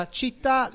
città